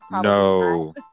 no